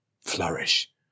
flourish